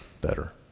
better